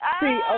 See